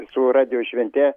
su radijo švente